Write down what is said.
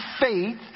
faith